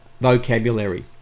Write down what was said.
vocabulary